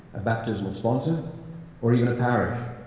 a baptismal sponsor or even a parish.